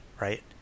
right